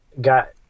got